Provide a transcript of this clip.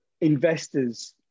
investors